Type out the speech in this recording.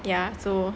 ya so